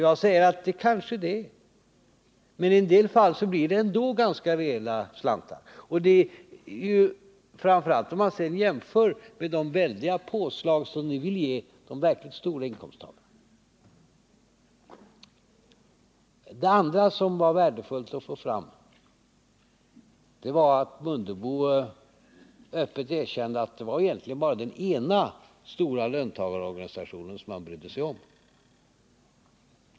Jag säger: Kanske det, men i en del fall blir det ändå ganska rejäla slantar, framför allt om man jämför med de väldiga påslag som ni vill ge till de verkligt stora inkomsttagarna. Det andra som det var värdefullt att få fram var att herr Mundebo öppet erkände att det egentligen bara var den ena stora löntagarorganisationen som han brydde sig om.